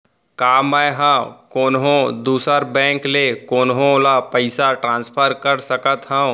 का मै हा कोनहो दुसर बैंक ले कोनहो ला पईसा ट्रांसफर कर सकत हव?